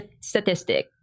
statistic